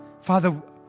Father